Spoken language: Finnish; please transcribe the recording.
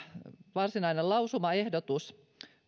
varsinainen lausumaehdotus